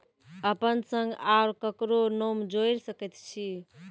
अपन संग आर ककरो नाम जोयर सकैत छी?